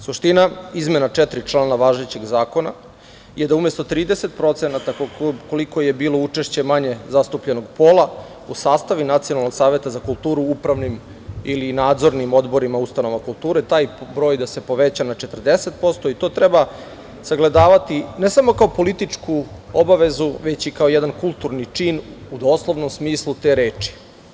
Suština izmena četiri člana važećeg zakona je da umesto 30%, koliko je bilo učešće manje zastupljenog pola, u sastave Nacionalnog saveta za kulturu, u upravnim ili nadzornim odborima ustanova kulture, taj broj da se poveća na 40% i to treba sagledavati ne samo kao političku obavezu, već i kao jedan kulturni čin u doslovnom smislu te reči.